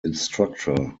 instructor